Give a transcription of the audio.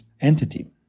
entity